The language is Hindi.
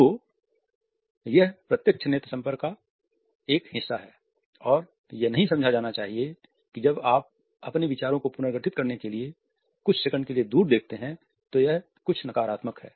तो यह प्रत्यक्ष नेत्र संपर्क का एक हिस्सा है और यह नहीं समझा जाना चाहिए कि जब आप अपने विचारों को पुनर्गठित करने के लिए कुछ सेकंड के लिए दूर देखते हैं तो यह कुछ नकारात्मक है